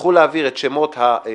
תבדקו את התיק